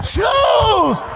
Choose